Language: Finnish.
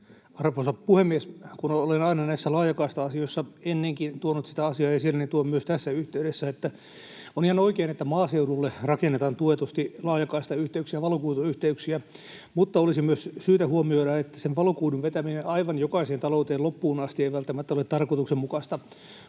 Arvoisa puhemies! Kun olen aina näissä laajakaista-asioissa ennenkin tuonut sitä asiaa esille, niin tuon myös tässä yhteydessä, että on ihan oikein, että maaseudulle rakennetaan tuetusti laajakaistayhteyksiä, valokuituyhteyksiä, mutta olisi myös syytä huomioida, että sen valokuidun vetäminen aivan jokaiseen talouteen loppuun asti ei välttämättä ole tarkoituksenmukaista,